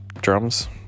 drums